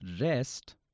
rest